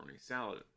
salad